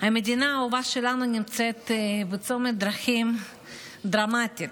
המדינה האהובה שלנו נמצאת בצומת דרכים דרמטי.